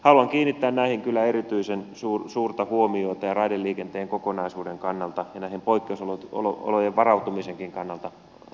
haluan kiinnittää näihin kyllä erityisen suurta huomiota raideliikenteen kokonaisuuden kannalta ja näihin poikkeusoloihin varautumisenkin kannalta